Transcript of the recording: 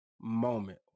moment